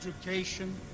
education